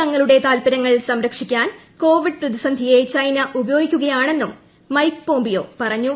തങ്ങളുടെ താല്പരൃ ങ്ങൾ സംരക്ഷിക്കാൻ കോവിഡ് പ്രതിസന്ധിയെ ചൈന ഉപയോഗി ക്കുകയാണെന്നും മൈക് പോംപിയോ പറഞ്ഞു